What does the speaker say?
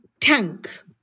tank